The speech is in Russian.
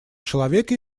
человека